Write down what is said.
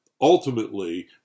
ultimately